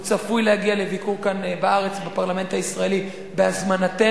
הוא צפוי להגיע לביקור כאן בארץ בפרלמנט הישראלי בהזמנתנו.